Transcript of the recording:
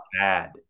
bad